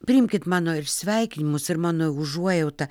priimkit mano ir sveikinimus ir mano užuojautą